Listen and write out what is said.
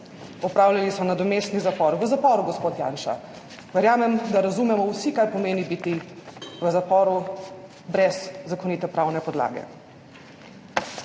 opravljali so nadomestni zapor. V zaporu, gospod Janša. Verjamem, da razumemo vsi, kaj pomeni biti v zaporu brez zakonite pravne podlage.